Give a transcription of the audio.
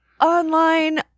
online